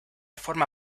forma